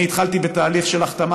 אני התחלתי בתהליך של החתמה,